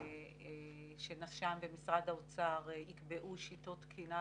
המלצנו שנש"מ במשרד האוצר יקבעו שיטות תקינה